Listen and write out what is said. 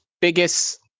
biggest